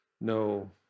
no